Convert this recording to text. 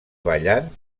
ballant